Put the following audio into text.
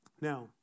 Now